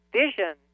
vision